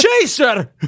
chaser